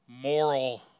moral